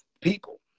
people